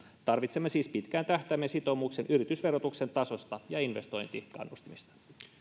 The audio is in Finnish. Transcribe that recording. tarvitsemme siis pitkän tähtäimen sitoumukset yritysverotuksen tasosta ja investointikannustimista